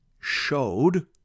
showed